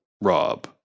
Rob